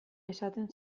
esaten